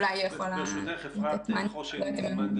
אפרת חשן מנדל,